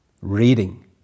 Reading